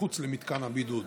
מחוץ למתקן הבידוד.